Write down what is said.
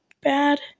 bad